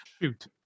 Shoot